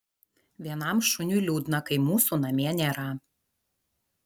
vienam šuniui liūdna kai mūsų namie nėra